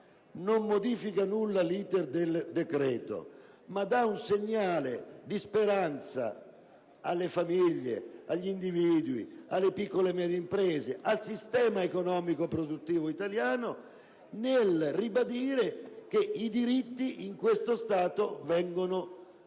non modifica in nulla l'*iter* del decreto, ma dà un segnale di speranza alle famiglie, agli individui, alle piccole e medie imprese e al sistema economico-produttivo italiano nel ribadire che i diritti in questo Stato vengono mantenuti